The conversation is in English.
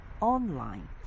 online